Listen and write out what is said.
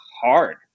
hard